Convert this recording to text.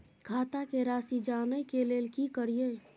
खाता के राशि जानय के लेल की करिए?